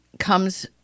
comes